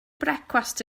brecwast